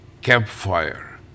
campfire